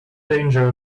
danger